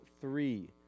three